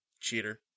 cheater